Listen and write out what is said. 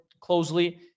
closely